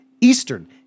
Eastern